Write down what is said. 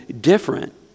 different